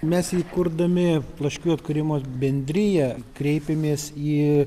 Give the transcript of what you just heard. mes įkurdami plaškių atkūrimo bendriją kreipėmės į